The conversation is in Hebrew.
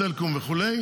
סלקום וכו'